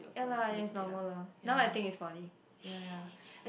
ya lah it's normal lah now I think it's funny